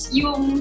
yung